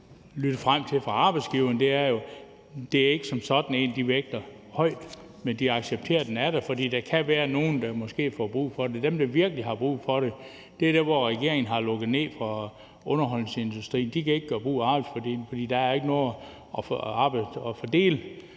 mig frem til fra arbejdsgiverne, er jo, at det ikke som sådan er en, de vægter højt, men de accepterer, at den er der, fordi der måske kan være nogle, der får brug for det, og dem, der virkelig har brug for det, er der, hvor regeringen har lukket ned for underholdningsindustrien. De kan ikke gøre brug af arbejdsfordelingen, fordi der ikke er noget arbejde